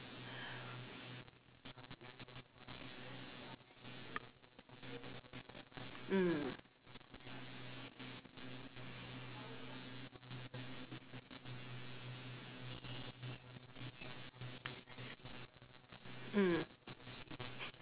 mm mm